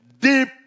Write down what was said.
Deep